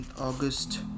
august